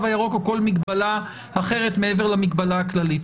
הירוק או כל מגבלה אחרת מעבר למגבלה הכללית.